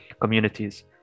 communities